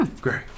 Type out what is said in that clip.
Great